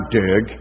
dig